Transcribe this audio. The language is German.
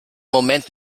moment